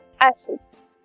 acids